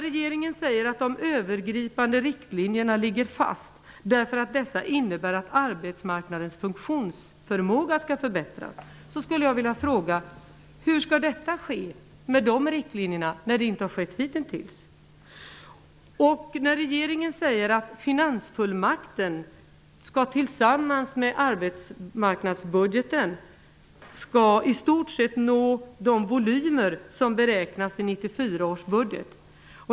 Regeringen säger att de övergripande riktlinjerna ligger fast därför att dessa innebär att arbetsmarknadens funktionsförmåga förbättras. Jag skulle vilja fråga hur det skall ske, när det inte har skett hittills. Regeringen säger att finansfullmakten tillsammans med arbetsmarknadsbudgeten i stort sett skall nå de volymer som beräknas i 1994 års budget.